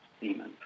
semen